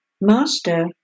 master